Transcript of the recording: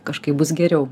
kažkaip bus geriau